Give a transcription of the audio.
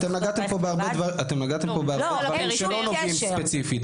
אתם נגעתם פה בהרבה דברים שלא נוגעים ספציפית,